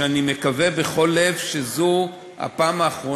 ולא רצינו להכליל את זה ללא היערכות